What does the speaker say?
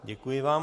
Děkuji vám.